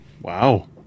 Wow